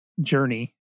journey